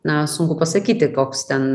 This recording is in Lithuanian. na sunku pasakyti koks ten